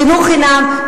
חינוך חינם,